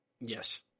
Yes